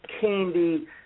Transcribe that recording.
candy